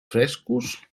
frescos